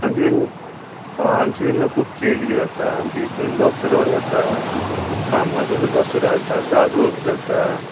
आमच्या वेलंगां खूब किदें किदें जाता आमच्या हितून दसरो जाता फामाद असो दसरो जाता जागोर जाता